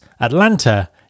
Atlanta